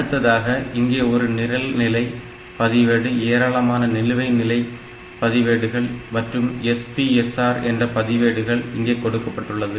அடுத்ததாக இங்கே ஒரு நிரல் நிலை பதிவேடு ஏராளமான நிலுவை நிலை பதிவேடுகள் மற்றும் SPSR என்ற பதிவேடுகள் இங்கே கொடுக்கப்பட்டுள்ளது